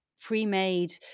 pre-made